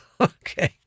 Okay